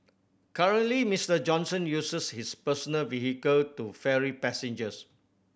currently Mister Johnson uses his personal vehicle to ferry passengers